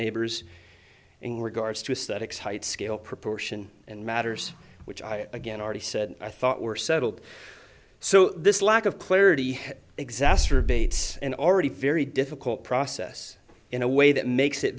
neighbors in regards to a static site scale proportion and matters which i again already said i thought were settled so this lack of clarity exacerbate an already very difficult process in a way that makes it